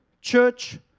church